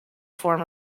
form